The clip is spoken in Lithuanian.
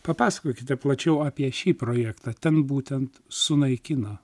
papasakokite plačiau apie šį projektą ten būtent sunaikina